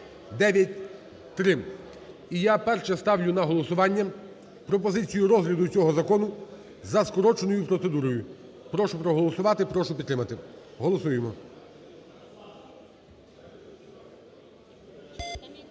І я, перше, ставлю на голосування пропозицію розгляду цього закону за скороченою процедурою. Прошу проголосувати і прошу підтримати, голосуємо.